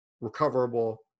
recoverable